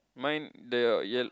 mine there are yellow